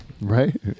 Right